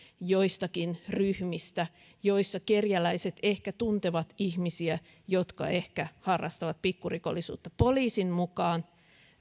joistakin ryhmistä joissa kerjäläiset ehkä tuntevat ihmisiä jotka ehkä harrastavat pikkurikollisuutta poliisin mukaan